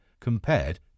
compared